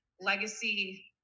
legacy